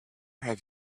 have